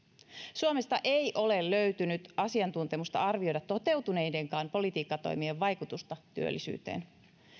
suomesta ei ole löytynyt asiantuntemusta arvioida toteutuneidenkaan politiikkatoimien vaikutusta työllisyyteen